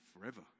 forever